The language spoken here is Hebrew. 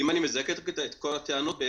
אם אני מזקק את כל הטענות,